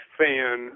fan